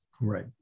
Right